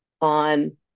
on